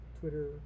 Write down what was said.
Twitter